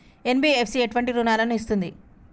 NBFC ఎటువంటి రుణాలను ఇస్తుంది?